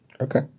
okay